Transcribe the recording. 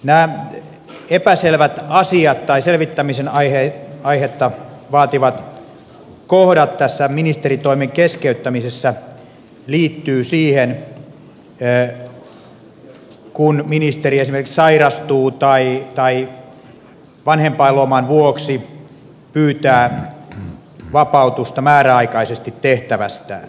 nämä epäselvät asiat tai selvittämisen aihetta vaativat kohdat tässä ministeritoimen keskeyttämisessä liittyvät siihen kun ministeri esimerkiksi sairastuu tai vanhempainloman vuoksi pyytää vapautusta määräaikaisesti tehtävästään